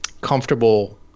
comfortable